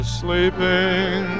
sleeping